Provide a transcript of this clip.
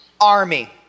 army